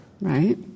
right